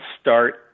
start